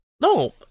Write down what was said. No